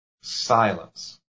Silence